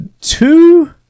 two